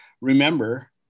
remember